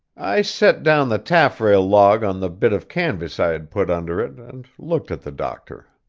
i set down the taffrail-log on the bit of canvas i had put under it, and looked at the doctor.